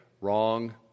wrong